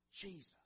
Jesus